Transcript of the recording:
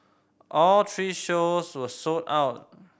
all three shows were sold out